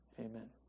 Amen